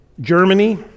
Germany